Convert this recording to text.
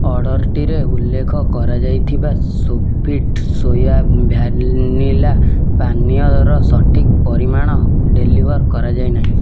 ଅର୍ଡ଼ର୍ଟିରେ ଉଲ୍ଲେଖ କରାଯାଇଥିବା ସୋଫିଟ୍ ସୋୟା ଭ୍ୟାନିଲା ପାନୀୟର ସଠିକ୍ ପରିମାଣ ଡେଲିଭର୍ କରାଯାଇନାହିଁ